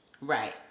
Right